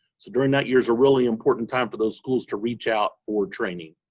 so during that year is a really important time for those schools to reach out for training.